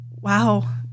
wow